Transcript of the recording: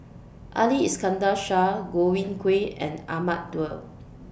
Ali Iskandar Shah Godwin Koay and Ahmad Daud